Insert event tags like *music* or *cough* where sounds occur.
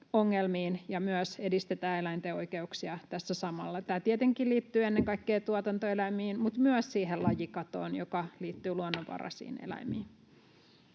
ja myös edistetään eläinten oikeuksia tässä samalla. Tämä tietenkin liittyy ennen kaikkea tuotantoeläimiin, mutta myös siihen lajikatoon, joka liittyy *noise* luonnonvaraisiin eläimiin.